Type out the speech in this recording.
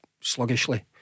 sluggishly